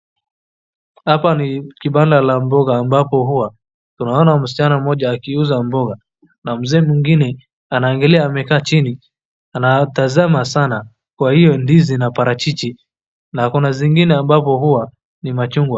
Hapa ni kibanda la mboga ambapo huwa tunaona msichana mmoja akiuza mboga na mzee mwingine anaangalia amekaa chini anatazama sana kwa hiyo ndizi na parachichi na kuna zingine ambapo huwa ni machungwa.